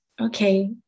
Okay